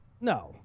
No